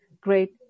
great